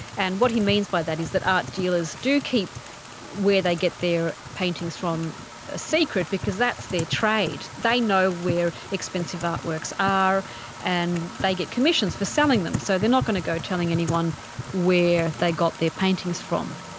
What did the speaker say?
and what he means by that is that art dealers do keep where they get their paintings from a secret because that's their trade. they know where expensive artworks are and they get commissions for selling them. so they're not going to go telling anyone where they got their paintings from.